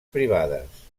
privades